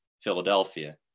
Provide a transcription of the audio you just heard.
Philadelphia